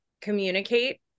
communicate